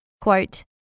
Quote